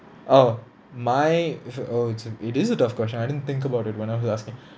oh my uh f~ oh it's a it is a tough question I didn't think about it when I was asking